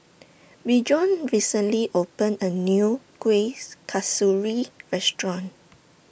Bjorn recently opened A New Kueh's Kasturi Restaurant